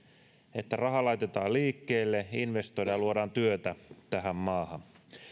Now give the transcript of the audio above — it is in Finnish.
että raha laitetaan liikkeelle investoidaan ja luodaan työtä tähän maahan